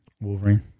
Wolverine